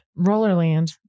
Rollerland